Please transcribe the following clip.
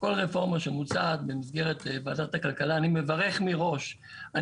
כל רפורמה שמוצעת במסגרת ועדת כלכלה אני מברך מראש,